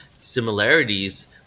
similarities